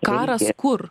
karas kur